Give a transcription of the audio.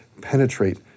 penetrate